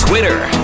Twitter